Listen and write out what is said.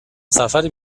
سفری